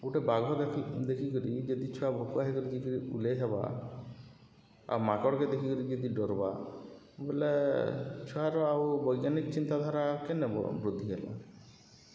ଗୁଟେ ବାଘ ଦେଖି ଦେଖିକରି ଯଦି ଛୁଆ ଭକୁଆ ହେଇକରି ଯାଇକରି ଉଲେଇ ହେବା ଆଉ ମାଙ୍କଡ୍କେ ଦେଖିକରି ଯଦି ଡରବା ବୋଏଲେ ଛୁଆର ଆଉ ବୈଜ୍ଞାନିକ ଚିନ୍ତାଧାରା କେନେ ବୃଦ୍ଧି ହେଲା